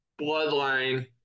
Bloodline